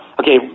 okay